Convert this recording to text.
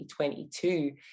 2022